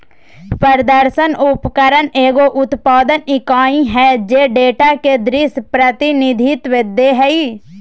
प्रदर्शन उपकरण एगो उत्पादन इकाई हइ जे डेटा के दृश्य प्रतिनिधित्व दे हइ